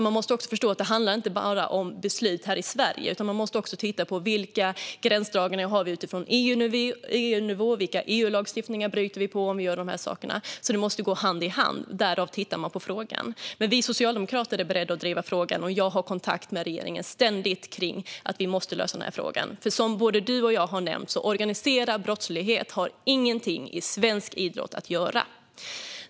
Man måste också förstå att det inte bara handlar om beslut här i Sverige, utan man måste också titta på vilka gränsdragningar som finns på EU-nivå och vilken EU-lagstiftning som vi bryter emot om vi gör de här sakerna. Det måste gå hand i hand; därför tittar man på frågan. Vi socialdemokrater är beredda att driva frågan, och jag har ständigt kontakt med regeringen kring att vi måste lösa det här, för som både John Weinerhall och jag har nämnt har organiserad brottslighet ingenting i svensk idrott att göra.